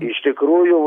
iš tikrųjų